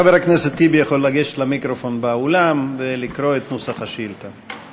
חבר הכנסת טיבי יכול לגשת למיקרופון באולם ולקרוא את נוסח השאילתה.